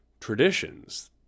traditions